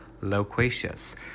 loquacious